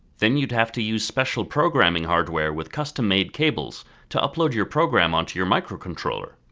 then you'd have to use special programming hardware with custom made cables to upload your program onto your microcontroller.